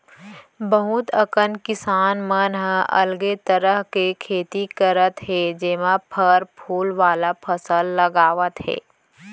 बहुत अकन किसान मन ह अलगे तरह के खेती करत हे जेमा फर फूल वाला फसल लगावत हे